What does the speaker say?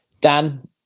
Dan